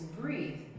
breathe